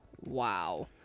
wow